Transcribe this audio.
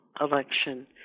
election